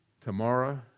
tomorrow